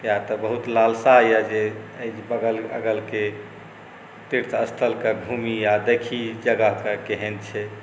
किएक तऽ बहुत लालसा अइ जे एहि बगल अगलके तीर्थस्थलके घुमी आओर देखी ई जगहके केहन छै